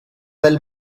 del